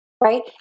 right